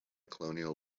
colonial